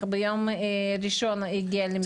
ביום ראשון הגיע למשרד העלייה והקליטה.